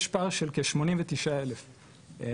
יש פער של 89 אלף שקלים.